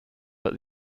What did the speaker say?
but